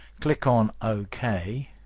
click on ok.